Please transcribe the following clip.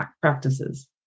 practices